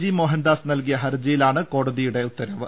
G Mohandas നൽകിയ ഹർജിയിലാണ് കോടതി ഉത്തരവ്